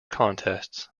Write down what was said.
contests